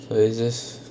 so I just